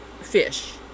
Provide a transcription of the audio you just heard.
fish